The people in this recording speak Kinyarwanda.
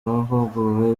bahuguwe